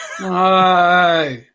No